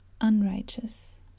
unrighteous